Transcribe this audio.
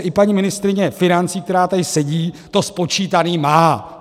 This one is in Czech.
I paní ministryně financí, která tady sedí, to spočítaný má.